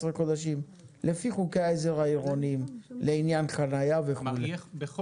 רק מעצם זה שהם תושבי העיר על כחול לבן.